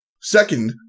second